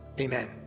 amen